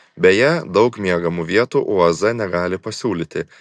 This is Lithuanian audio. beje daug miegamų vietų uaz negali pasiūlyti